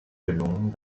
gelungen